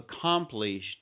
accomplished